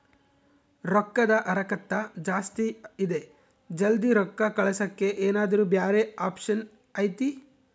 ರೊಕ್ಕದ ಹರಕತ್ತ ಜಾಸ್ತಿ ಇದೆ ಜಲ್ದಿ ರೊಕ್ಕ ಕಳಸಕ್ಕೆ ಏನಾರ ಬ್ಯಾರೆ ಆಪ್ಷನ್ ಐತಿ?